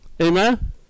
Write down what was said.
Amen